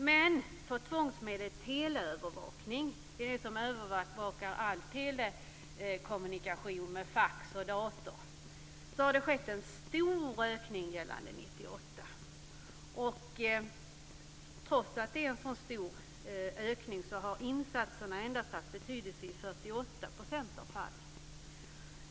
Men för tvångsmedlet teleövervakning, det är det som innebär att man övervakar all telekommunikation med fax och dator, har det skett en stor ökning gällande 1998. Trots att det är en så stor ökning har insatserna endast haft betydelse i 48 % av fallen.